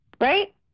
Right